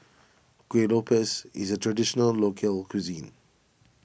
Kueh Lopes is a Traditional Local Cuisine